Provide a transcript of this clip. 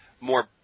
more